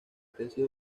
tesis